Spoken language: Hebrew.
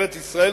ארץ-ישראל,